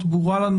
אותם